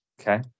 Okay